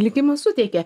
likimas suteikė